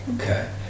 Okay